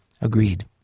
agreed